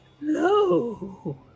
no